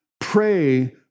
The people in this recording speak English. pray